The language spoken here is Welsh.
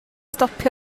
stopio